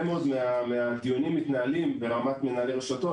מאוד מהדיונים מתנהלים ברמת מנהלי רשתות,